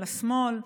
לשמאל,